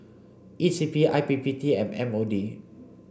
E C P I P P T and M O D